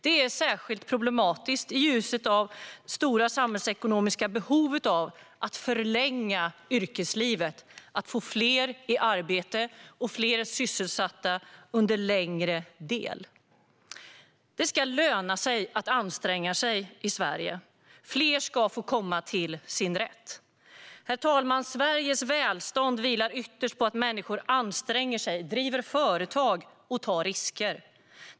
Det är särskilt problematiskt i ljuset av stora samhällsekonomiska behov av att förlänga yrkeslivet, att få fler i arbete och fler sysselsatta under längre tid. Det ska löna sig att anstränga sig i Sverige. Fler ska få komma till sin rätt. Herr talman! Sveriges välstånd vilar ytterst på att människor anstränger sig, driver företag och tar risker.